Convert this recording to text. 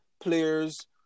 players